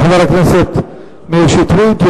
תודה לחבר הכנסת מאיר שטרית.